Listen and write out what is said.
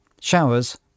Showers